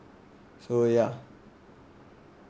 so ya